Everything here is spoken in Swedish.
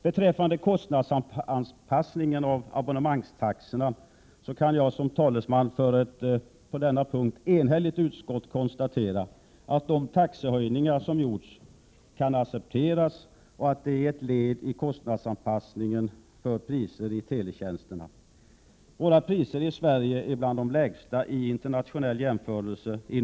Beträffande kostnadsanpassningen av abonnemangstaxorna kan jag som talesman för ett på denna punkt enhälligt utskott konstatera att de taxehöjningar som gjorts kan accepteras och att de är ett led i kostnadsanpassningen av priserna på teletjänster. Priserna i Sverige inom området telekommunikation är bland de lägsta vid en internationell jämförelse.